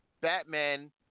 Batman